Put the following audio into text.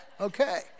okay